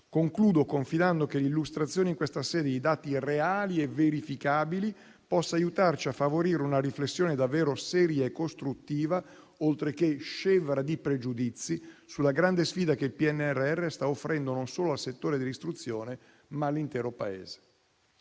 Concludo confidando che l'illustrazione in questa sede dei dati reali e verificabili possa aiutarci a favorire una riflessione davvero seria e costruttiva, oltre che scevra di pregiudizi, sulla grande sfida che il PNRR sta offrendo non solo al settore dell'istruzione, ma all'intero Paese.